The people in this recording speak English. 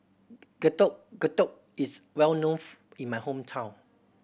Getuk Getuk is well known in my hometown